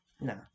No